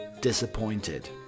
disappointed